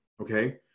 okay